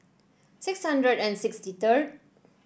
six hundred and sixty third